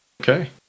Okay